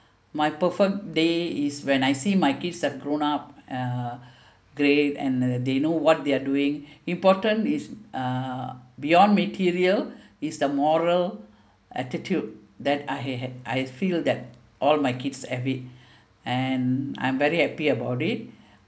my perfect day is when I see my kids have grown up uh great and they know what they are doing important is uh beyond material is the moral attitude that I had I feel that all my kids have it and I'm very happy about it